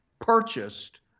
purchased